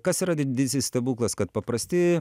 kas yra didysis stebuklas kad paprasti